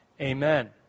Amen